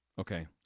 okay